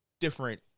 different